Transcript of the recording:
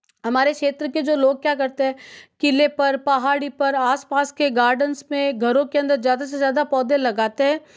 हमारे क्षेत्र के जो लोग क्या करते हैं किले पर पहाड़ी पर आस पास के गार्डन्स में घरों के अंदर ज़्यादा से ज़्यादा पौधे लगाते हैं